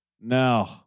No